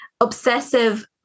obsessive